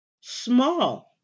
small